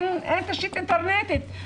אין תשתית אינטרנטית,